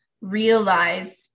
realize